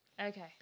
Okay